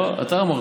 לא צריך.